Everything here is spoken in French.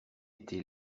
été